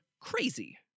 crazy